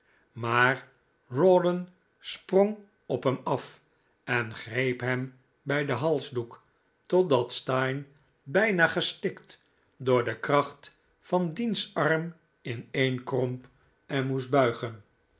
maar rawdon sprong op hem af en greep hem bij zijn halsdoek totdat steyne bijna gestikt door de kracht van diens arm ineenkromp en moest buigen